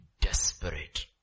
desperate